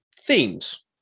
themes